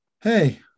Hey